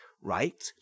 right